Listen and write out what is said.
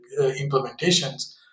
implementations